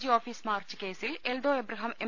G office march കേസിൽ Eldho Abraham M